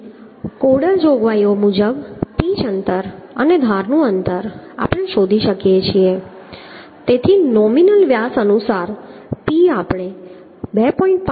તેથી કોડલ જોગવાઈઓ મુજબ પીચ અંતર અને ધારનું અંતર આપણે શોધી શકીએ છીએ તેથી નોમિનલ વ્યાસ અનુસાર p આપણે 2